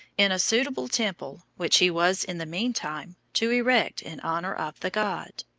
in a suitable temple which he was in the mean time to erect in honor of the god.